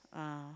ah